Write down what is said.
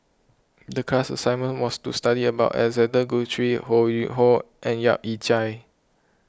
the class assignment was to study about Alexander Guthrie Ho Yuen Hoe and Yap Ee Chian